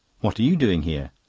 what are you doing here?